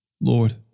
Lord